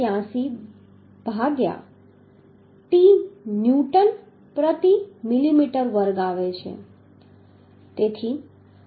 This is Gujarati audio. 83 ભાગ્યા t ન્યૂટન પ્રતિ મિલીમીટર વર્ગ આવે છે